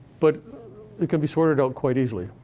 but it can be sorted out quite easily.